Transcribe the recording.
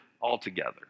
altogether